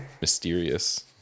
mysterious